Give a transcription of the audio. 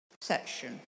section